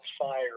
fire